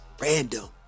Random